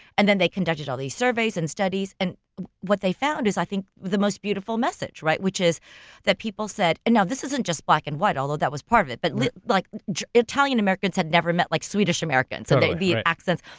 and then they conducted all these surveys and studies and what they found is, i think, the most beautiful message, right? which is that people said, now, this isn't just black and white, although that was part of it. but like italian-americans had never met like swedish-americans. and so the accents.